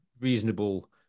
reasonable